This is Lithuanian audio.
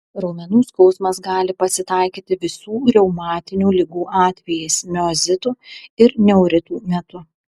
raumenų skausmas gali pasitaikyti visų reumatinių ligų atvejais miozitų ir neuritų metu